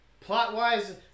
Plot-wise